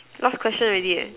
a lot of question already eh